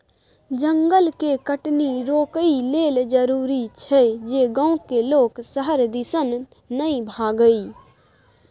जंगल के कटनी रोकइ लेल जरूरी छै जे गांव के लोक शहर दिसन नइ भागइ